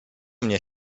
mnie